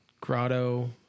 Grotto